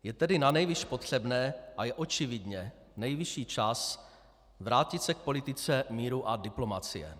Je tedy nanejvýš potřebné a je očividně nejvyšší čas vrátit se k politice míru a diplomacie.